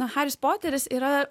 na haris poteris yra